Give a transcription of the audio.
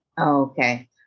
okay